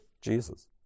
Jesus